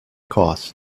costs